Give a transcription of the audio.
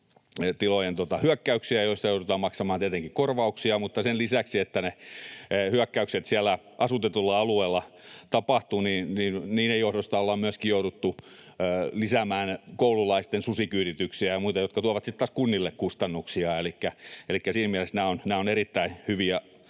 lammastiloille, joista joudutaan maksamaan tietenkin korvauksia, mutta sen lisäksi, että ne hyökkäykset siellä asutetulla alueella tapahtuvat, niiden johdosta ollaan myöskin jouduttu lisäämään koululaisten susikyydityksiä ja muita, jotka tuovat sitten taas kunnille kustannuksia. Elikkä siinä mielessä nämä ovat erittäin hyviä